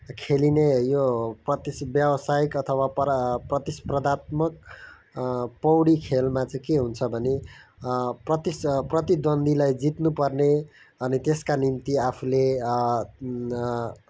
खेलिने यो प्रतिस्पर्धा व्यावसायिक अथवा प्रतिस्पर्धात्मक पौडी खेलमा चाहिँ के हुन्छ भने प्रतिस प्रतिद्वन्दीलाई जित्नुपर्ने अनि त्यसका निम्ति आफूले